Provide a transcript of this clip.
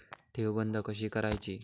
ठेव बंद कशी करायची?